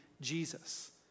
Jesus